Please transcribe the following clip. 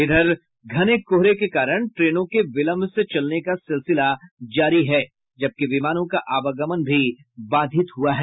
उधर घने कोहरे के कारण ट्रेनों के विलंब से चलने का सिलसिला जारी है जबकि विमानों का आवागमन भी बाधित हुआ है